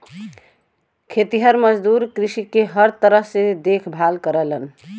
खेतिहर मजदूर कृषि क हर तरह से देखभाल करलन